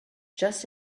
just